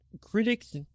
critics